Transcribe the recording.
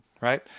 right